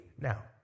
now